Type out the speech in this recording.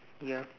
yeah